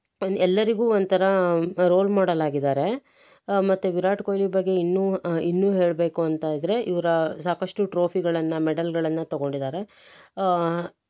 ಎಲ್ಲ ಎಲ್ಲರಿಗೂ ಒಂಥರ ಹೂಮ್ ರೋಲ್ ಮೋಡೆಲಾಗಿದ್ದಾರೆ ಮತ್ತೆ ವಿರಾಟ್ ಕೊಹ್ಲಿ ಬಗ್ಗೆ ಇನ್ನೂ ಇನ್ನೂ ಹೇಳಬೇಕು ಅಂತ ಅಂದ್ರೆ ಇವರ ಸಾಕಷ್ಟು ಟ್ರೋಫಿಗಳನ್ನು ಮೆಡಲ್ಗಳನ್ನು ತಗೊಂಡಿದ್ದಾರೆ